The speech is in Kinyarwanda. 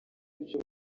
ibyo